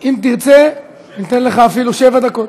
אם תרצה, ניתן לך אפילו שבע דקות.